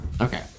Okay